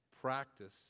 Practice